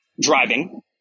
driving